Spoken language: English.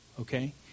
Okay